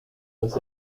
was